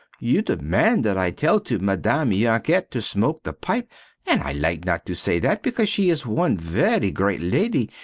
you demand that i tell to madame yanket to smoke the pipe and i like not to say that because she is one very great lady,